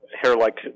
hair-like